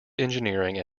engineering